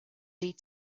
lead